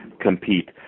compete